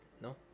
no